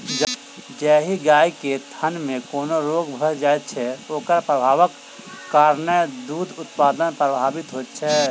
जाहि गाय के थनमे कोनो रोग भ जाइत छै, ओकर प्रभावक कारणेँ दूध उत्पादन प्रभावित होइत छै